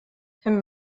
herr